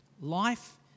life